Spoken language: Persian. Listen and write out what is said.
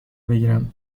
بگیرم